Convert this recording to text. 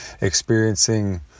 experiencing